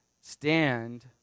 stand